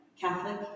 Catholic